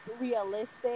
realistic